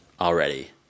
already